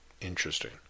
Interesting